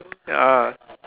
ya